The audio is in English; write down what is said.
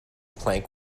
plank